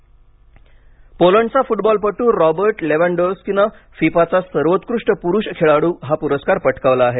FIFA पोलंडचा फुटबॉलपटू Robert लेवँडोव्स्कीने फिफाचा सर्वोत्कृष्ट पुरुष खेळाडू हा पुरस्कार पटकावला आहे